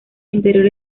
interior